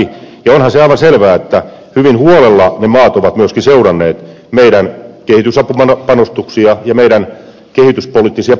onhan se aivan selvää että hyvin huolella ne maat ovat myöskin seuranneet meidän kehitysapupanostuksiamme ja meidän kehityspoliittisia painotuksiamme